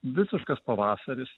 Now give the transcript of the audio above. visiškas pavasaris